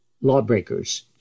lawbreakers